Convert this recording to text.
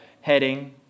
heading